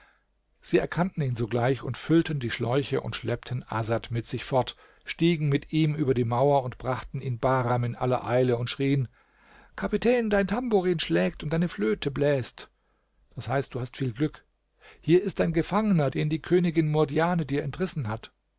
sie erkannten ihn sogleich und füllten die schläuche und schleppten asad mit sich fort stiegen mit ihm über die mauer und brachten ihn bahram in aller eile und schrieen kapitän dein tamburin schlägt und deine flöte bläst d h du hast viel glück hier ist dein gefangener den die königin murdjane dir entrissen hat